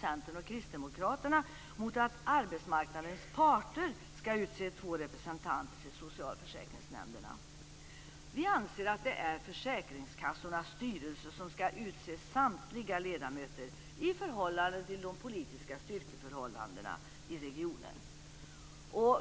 Centern och Kristdemokraterna mot att arbetsmarknadens parter skall utse två representanter till socialförsäkringsnämnderna. Vi anser att det är försäkringskassornas styrelser som skall utse samtliga ledamöter, i förhållande till de politiska styrkeförhållandena i regionen.